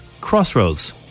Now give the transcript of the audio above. Crossroads